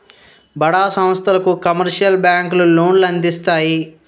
బడా సంస్థలకు కమర్షియల్ బ్యాంకులు లోన్లు అందిస్తాయి